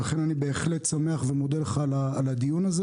לכן אני בהחלט שמח ומודה לך על הדיון הזה